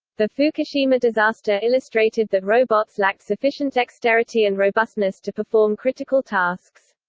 the fukushima disaster illustrated that robots lacked sufficient dexterity and robustness to perform critical tasks.